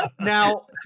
Now